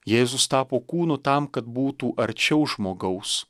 jėzus tapo kūnu tam kad būtų arčiau žmogaus